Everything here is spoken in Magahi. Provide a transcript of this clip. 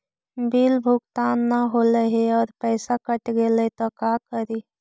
बिल भुगतान न हौले हे और पैसा कट गेलै त का करि?